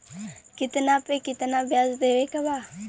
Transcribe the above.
कितना पे कितना व्याज देवे के बा?